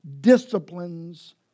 disciplines